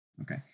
okay